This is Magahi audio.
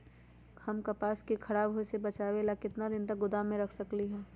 हम कपास के खराब होए से बचाबे ला कितना दिन तक गोदाम में रख सकली ह?